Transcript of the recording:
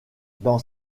dans